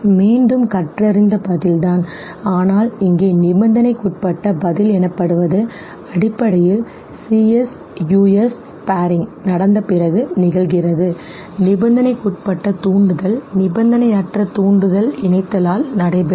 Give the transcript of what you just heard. மீண்டும் கற்றறிந்த பதில் தான் ஆனால் இங்கே நிபந்தனைக்குட்பட்ட பதில் எனப்படுவது அடிப்படையில் CS US paring நடந்த பிறகு நிகழ்கிறது நிபந்தனைக்குட்பட்ட தூண்டுதல்conditioned stimulus நிபந்தனையற்ற தூண்டுதல் இணைத்தலால் நடைபெறும்